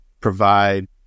provide